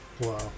Wow